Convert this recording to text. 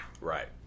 Right